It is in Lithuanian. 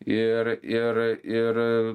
ir ir ir